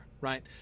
right